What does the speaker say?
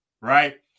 right